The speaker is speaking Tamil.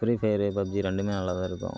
ஃப்ரி ஃபயர் பப்ஜி ரெண்டுமே நல்லாதான் இருக்கும்